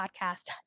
podcast